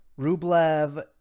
Rublev